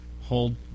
hold